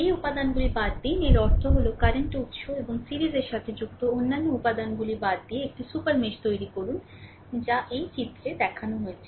এই উপাদানগুলি বাদ দিন এর অর্থ হল কারেন্ট উত্স এবং সিরিজের সাথে যুক্ত অন্যান্য উপাদানগুলি বাদ দিয়ে একটি সুপার মেশ তৈরি করুন যা এটি চিত্র হিসাবে দেখানো হয়েছে